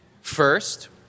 First